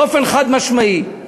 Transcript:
באופן חד-משמעי.